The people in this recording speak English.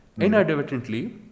inadvertently